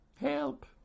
Help